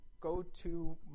go-to